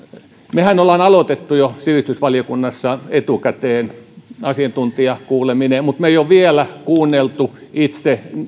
mehän olemme jo aloittaneet sivistysvaliokunnassa etukäteen asiantuntijakuulemisen mutta me emme ole vielä kuunnelleet itse